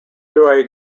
joey